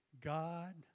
God